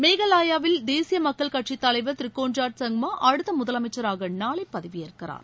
மேகாலபாவில் தேசிய மக்கள் கட்சித் தலைவர் திரு கோன்ராட் சங்மா அடுத்த முதலமைச்சராக நாளை பதவியேற்கிறார்